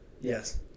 Yes